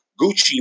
Gucci